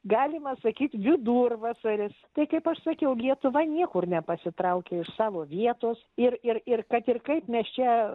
galima sakyt vidurvasaris tai kaip aš sakiau lietuva niekur nepasitraukė iš savo vietos ir ir ir kad ir kaip mes čia